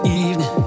evening